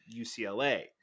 UCLA